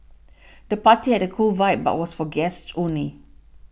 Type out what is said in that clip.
the party had a cool vibe but was for guests only